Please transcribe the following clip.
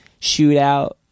shootout